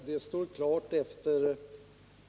Herr talman!